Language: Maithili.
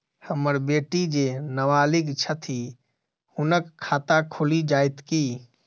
हम्मर बेटी जेँ नबालिग छथि हुनक खाता खुलि जाइत की?